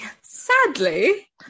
Sadly